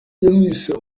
yamwise